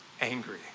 angry